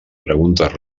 preguntes